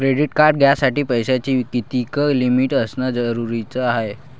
Credit card घ्यासाठी पैशाची कितीक लिमिट असनं जरुरीच हाय?